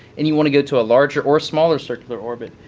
and you want to go to a larger or smaller circular orbit,